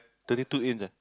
twenty two inch eh